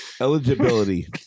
Eligibility